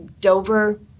Dover